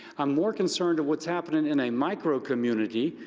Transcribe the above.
i'm more concerned of what's happening in a micro-community,